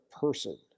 person